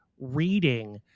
Reading